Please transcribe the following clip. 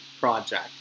Project